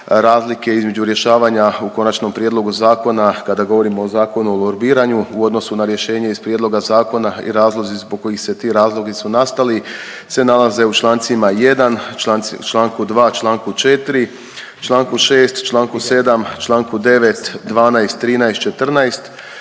razlike između rješavanja u Konačnom prijedlogu zakona kada govorimo o Zakonu o lobiranju u odnosu na rješenje iz prijedloga zakona i razlozi zbog kojih se ti razlogi su nastali se nalaze u čl. 1., čl. 2., čl. 4., čl. 6., čl. 7., čl. 9., 12., 13., 14.,